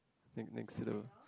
next next to the